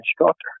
instructor